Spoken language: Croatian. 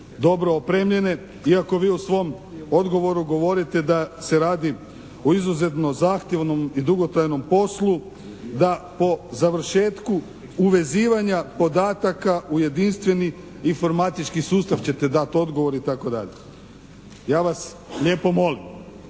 dobro opremljene iako vi u svom odgovoru govorite da se radi o izuzetno zahtjevnom i dugotrajnom poslu da po završetku uvezivanja podataka u jedinstveni informatički sustav ćete dati odgovor i tako dalje. Ja vas lijepo molim,